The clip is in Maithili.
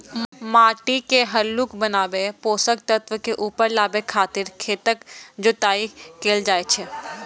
माटि के हल्लुक बनाबै, पोषक तत्व के ऊपर लाबै खातिर खेतक जोताइ कैल जाइ छै